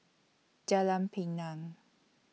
Jalan Pinang